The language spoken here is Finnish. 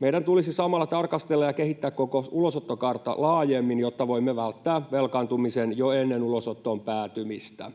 Meidän tulisi samalla tarkastella ja kehittää koko ulosottokaarta laajemmin, jotta voimme välttää velkaantumisen jo ennen ulosottoon päätymistä.